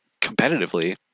competitively